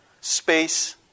space